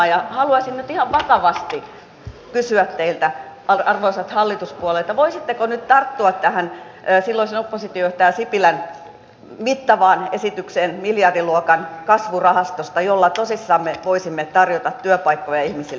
haluaisin nyt ihan vakavasti kysyä teiltä arvoisat hallituspuolueet voisitteko nyt tarttua tähän silloisen oppositiojohtaja sipilän mittavaan esitykseen miljardiluokan kasvurahastosta jolla tosissamme voisimme tarjota työpaikkoja ihmisille